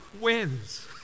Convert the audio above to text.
wins